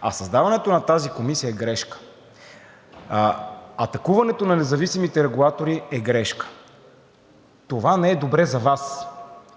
А създаването на тази комисия е грешка! Атакуването на независимите регулатори е грешка! Това не е добре за Вас.